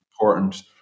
important